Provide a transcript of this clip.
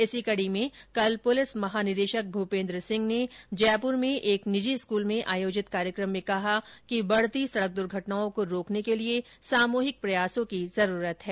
इसी कडी में कल पुलिस महानिदेशक भूपेंद्र सिंह ने जयपुर में एक निजी स्कूल में आयोजित कार्यक्रम में कहा कि बढ़ती सड़क दुर्घटनाओं को रोकने के लिए सामूहिक प्रयासों की जरुरत है